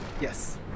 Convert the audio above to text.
Yes